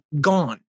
gone